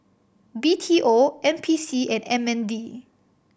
B T O N P C and M N D